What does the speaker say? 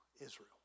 Israel